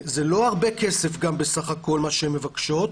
זה לא הרבה כסף בסך-הכול מה שהן מבקשות.